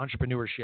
entrepreneurship